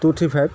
two three five